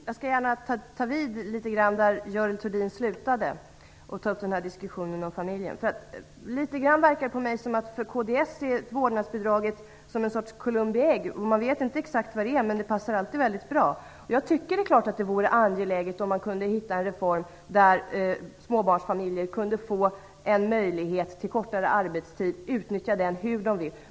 Herr talman! Jag vill gärna ta vid där Görel Thurdin slutade, och ta upp diskussionen om familjen. För mig verkar det litet grand som om vårdnadsbidraget för kds är som ett slags Columbi ägg. Man vet inte exakt vad det är, men det passar alltid väldigt bra in. Jag tycker att det vore angeläget om man kunde hitta en reform där småbarnsfamiljer fick möjlighet till kortare arbetstid och till att utnyttja den hur de vill.